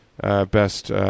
best